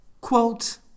quote